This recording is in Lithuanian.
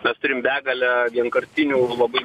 mes turim begalę vienkartinių labai